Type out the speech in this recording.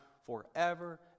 forever